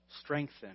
strengthen